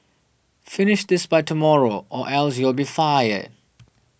finish this by tomorrow or else you'll be fired